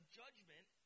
judgment